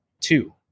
two